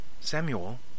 Samuel